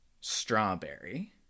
Strawberry